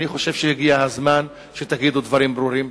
אני חושב שהגיע הזמן שתגידו דברים ברורים,